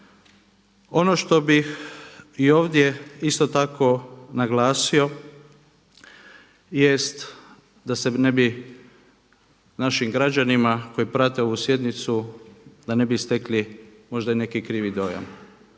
Ono što bih i ovdje isto tako naglasio jest da se ne bi našim građanima koji prate ovu sjednicu, da ne bi stekli možda i neki krivi dojam.